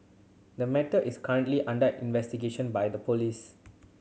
the matter is currently under investigation by the police